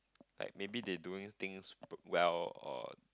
like maybe they doing things pr~ well or